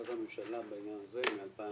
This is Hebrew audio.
החלטת הממשלה בעניין הזה היא מ-2014.